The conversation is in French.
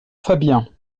fabien